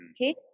okay